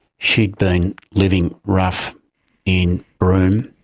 she'd been living rough in broome.